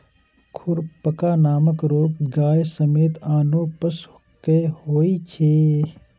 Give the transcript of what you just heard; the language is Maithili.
खुरपका नामक रोग गाय समेत आनो पशु कें होइ छै